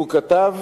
הוא כתב